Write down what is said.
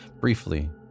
Briefly